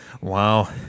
Wow